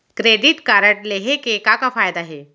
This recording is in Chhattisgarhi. क्रेडिट कारड लेहे के का का फायदा हे?